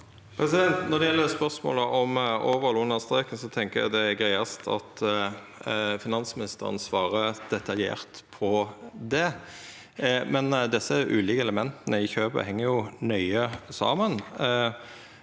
Når det gjeld spørsmålet om over og under streken, tenkjer eg det er greiast at finansministeren svarer detaljert på det. Desse ulike elementa i kjøpet heng nøye saman.